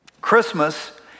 Christmas